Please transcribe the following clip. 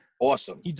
Awesome